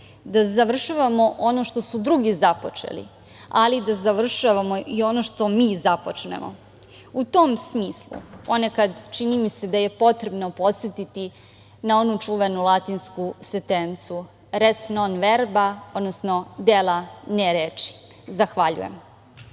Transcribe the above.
da završavamo ono što su drugi započeli, ali da završavamo i ono što mi započnemo. U tom smislu, ponekad čini mi se da je potrebno podsetiti na onu čuvenu latinsku sentencu –res non verba, odnosno dela, ne reči. Zahvaljujem.